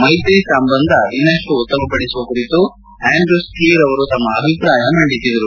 ಮೈತ್ರಿ ಸಂಬಂಧ ಇನ್ನಷ್ಟು ಉತ್ತಮಪಡಿಸುವ ಕುರಿತು ಆಂಡ್ರ್ಕ್ ಸ್ಪೀರ್ ಅವರು ತಮ್ನ ಅಭಿಪ್ರಾಯ ಮಂಡಿಸಿದರು